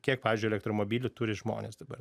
kiek pavyzdžiui elektromobilių turi žmonės dabar